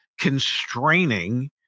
constraining